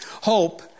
Hope